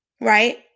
Right